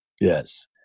Yes